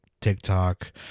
tiktok